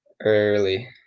early